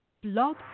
Blog